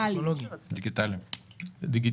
ואם